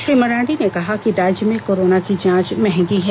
श्री मरांडी ने कहा कि राज्य में कोरोना की जांच महंगी है